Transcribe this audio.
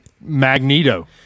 Magneto